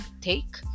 take